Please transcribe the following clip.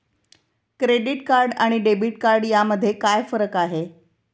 Credit card आणि debit card यामध्ये काय फरक आहे?